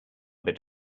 bit